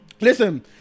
Listen